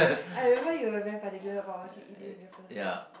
I remember you were very particular about what you eat during the first date